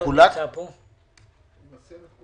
מתוך